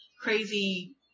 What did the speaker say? crazy